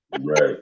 Right